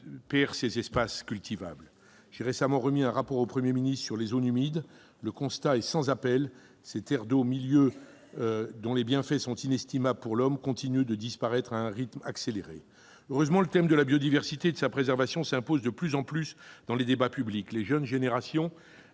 perd ses espaces cultivables. J'ai récemment remis un rapport au Premier ministre sur les « zones humides ». Le constat est sans appel : ces terres d'eau, milieux dont les bienfaits sont inestimables pour l'homme, continuent de disparaître à un rythme accéléré. Heureusement, le thème de la biodiversité et de sa préservation s'impose de plus en plus dans les débats publics ; les jeunes générations,